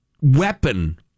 weapon